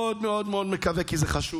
מאוד מאוד מאוד מקווה, כי זה חשוב,